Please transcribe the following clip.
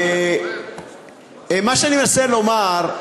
מה שאני מנסה לומר,